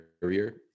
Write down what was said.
barrier